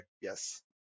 yes